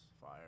fire